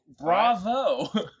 Bravo